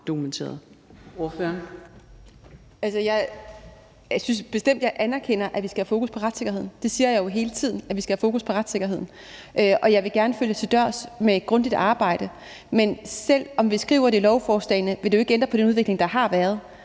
hele tiden at vi skal, altså have fokus på retssikkerheden, og jeg vil gerne følge det til dørs med grundigt arbejde. Men selv om vi skriver det i lovforslagene, vil det jo ikke ændre på den udvikling, der har været.